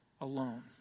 alone